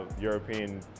European